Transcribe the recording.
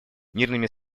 мирными